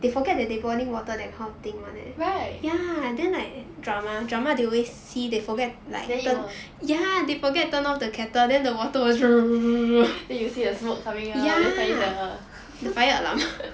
right then it will then you see the smoke coming out then suddenly the